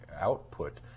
output